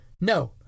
No